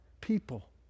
people